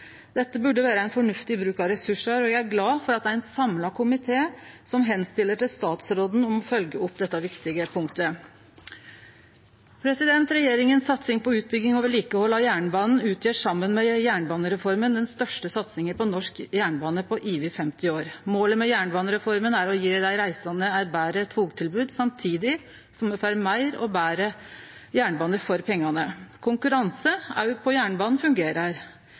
Dette burde vere ein fornuftig bruk av ressursar, og eg er glad for at det er ein samla komité som ber statsråden om å følgje opp dette viktige punktet. Regjeringas satsing på utbygging og vedlikehald av jernbanen utgjer, saman med jernbanereforma, den største satsinga på norsk jernbane på over 50 år. Målet med jernbanereforma er å gje dei reisande eit betre togtilbod samtidig som me får meir og betre jernbane for pengane. Konkurranse òg på jernbanen fungerer.